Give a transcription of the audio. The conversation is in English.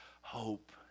hope